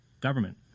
government